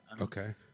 okay